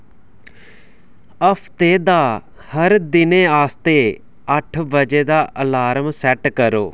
हफ्ते दा हर दिने आस्तै अट्ठ बजे दा अलार्म सैट करो